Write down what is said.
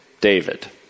David